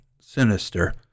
sinister